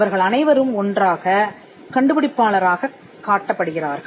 அவர்கள் அனைவரும் ஒன்றாகக் கண்டுபிடிப்பாளராகக் காட்டப்படுகிறார்கள்